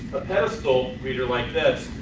a pedestal reader like this,